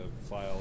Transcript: file